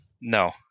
No